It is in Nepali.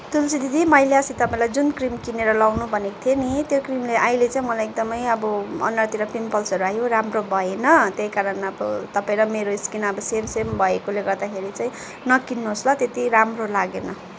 तुलसी दिदी मैले अस्ति तपाईँलाई जुन क्रिम किनेर लगाउनु भनेको थिएँ नि त्यो क्रिमले अहिले चाहिँ मलाई एकदमै अब अनुहारतिर पिम्पल्सहरू आयो राम्रो भएन त्यही कारण अब तपाईंँ र मेरो स्किन अब सेम सेम भएकोले गर्दाखेरि चाहिँ नकिन्नुहोस् ल त्यति राम्रो लागेन